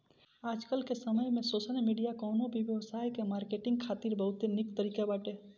आजकाल के समय में सोशल मीडिया कवनो भी व्यवसाय के मार्केटिंग खातिर बहुते निक तरीका बाटे